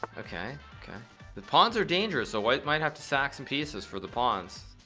okay okay the ponds are dangerous so white might have to sack some pieces for the pawns